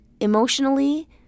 emotionally